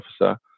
officer